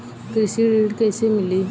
कृषि ऋण कैसे मिली?